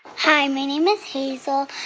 hi. my name is hazel.